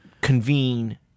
convene